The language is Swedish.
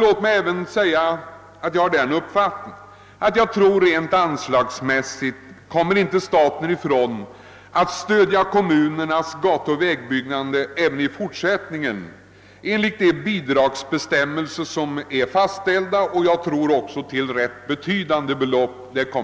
Jag har emellertid den uppfattningen, att staten inte kommer ifrån att med anslag stödja kommunernas gatuoch vägbyggande även i fort sättningen enligt de bidragsbestämmelser som är fastställda, och jag tror det kommer att röra sig om betydande belopp. Jag har här